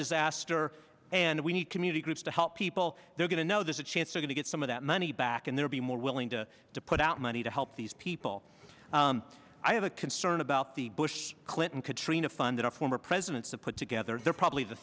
disaster and we need community groups to help people they're going to know there's a chance we're going to get some of that money back and they're be more willing to put out money to help these people i have a concern about the bush clinton katrina fund the former presidents to put together they're probably the